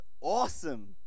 awesome